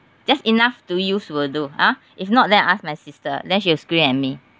just enough to use will do ah if not then I ask my sister then she'll scream at me